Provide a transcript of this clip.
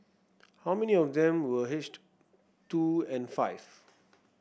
how many of them were aged two and five